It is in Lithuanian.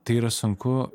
tai yra sunku